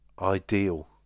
Ideal